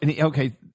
Okay